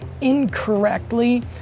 incorrectly